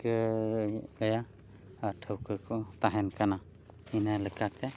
ᱴᱷᱟᱣᱠᱟᱹᱭᱮᱫ ᱛᱟᱭᱟ ᱟᱨ ᱴᱷᱟᱣᱠᱟᱹ ᱠᱚ ᱛᱟᱦᱮᱱ ᱠᱟᱱᱟ ᱤᱱᱟᱹ ᱞᱮᱠᱟᱛᱮ